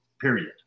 period